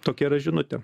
tokia yra žinutė